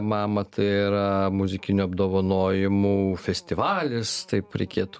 mama tai yra muzikinių apdovanojimų festivalis taip reikėtų